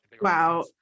Wow